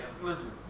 Listen